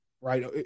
right